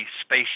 space